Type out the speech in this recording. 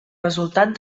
resultat